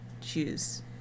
choose